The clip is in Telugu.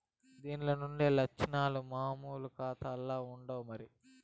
దీన్లుండే లచ్చనాలు మామూలు కాతాల్ల ఉండవు మరి